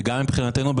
וגם מבחינתנו,